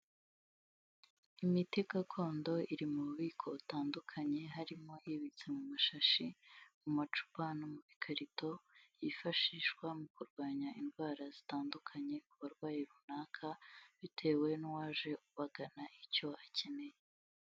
Imiti gakondo iri mu bubiko butandukanye harimo ibitse mu mashashi, mu macupa no mu ikarito yifashishwa mu kurwanya indwara zitandukanye ku barwayi runaka bitewe n'uwaje abagana icyo akeneye.